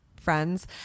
friends